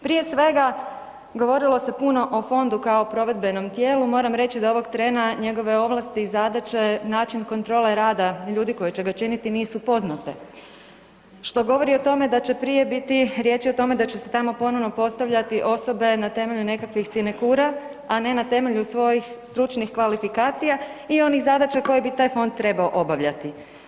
Prije svega, govorilo se o fondu kao o provedbenom tijelu, moram reći da ovog trena njegove ovlasti i zadaće, način kontrole rada ljudi koji će ga činiti nisu poznate, što govori o tome da će prije biti riječi o tome da će se tamo postavljati osobe na temelju nekakvih sinekura, a ne na temelju svojih stručnih kvalifikacija i onih zadaća koje bi taj fond trebao obavljati.